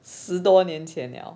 十多年前了